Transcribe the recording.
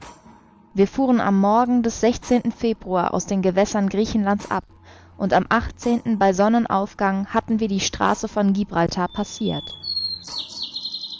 wir fuhren am morgen des februar aus den gewässern griechenlands ab und am bei sonnenaufgang hatten wir die straße von gibraltar passirt